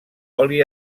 oli